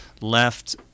left